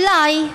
אולי,